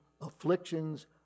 afflictions